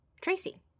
Tracy